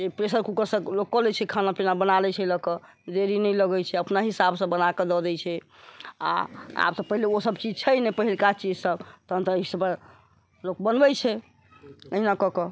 pressure कूकरसँ लोक कऽ लै छै खाना पीना बना लै छै लअ कऽ देरी नहि लगै छै अपना हिसाबसँ बना कऽ दअ दै छै आओर आब तऽ पहिले ओसब चीज छै नहि पहिनका चीज सब तहन तऽ लोक बनबै छै अहिना कऽ के